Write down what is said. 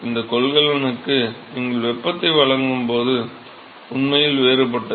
இந்த கொள்கலனுக்கு நீங்கள் வெப்பத்தை வழங்கும்போது உண்மையில் வேறுபட்டது